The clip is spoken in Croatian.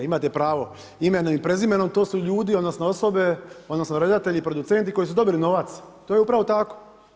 Imate pravo, imenom i prezimenom to su ljudi odnosno osobe odnosno redatelji i producenti koji su dobili novac, to je upravo tako.